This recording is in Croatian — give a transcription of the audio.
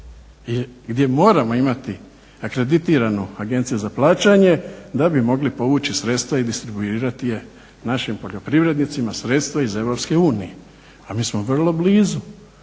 gdje moramo imati akreditiranu agenciju za plaćanje, da bi mogli povući sredstva i distribuirati je našim poljoprivrednicima sredstva iz EU, a mi smo vrlo blizu.